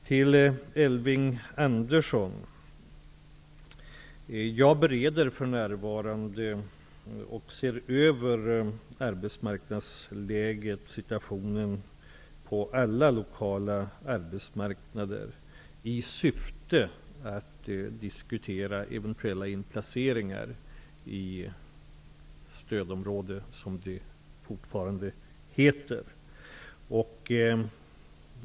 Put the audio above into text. Till Elving Andersson kan jag säga att jag för närvarande bereder och ser över läget på alla lokala arbetsmarknader, i syfte att diskutera eventuella inplaceringar i stödområde, som det fortfarande heter.